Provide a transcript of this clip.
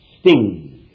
sting